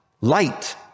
light